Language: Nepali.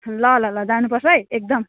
ल ल ल जानुपर्छ है एकदम